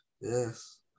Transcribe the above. Yes